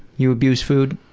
you abuse food,